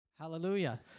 Hallelujah